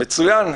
מצוין.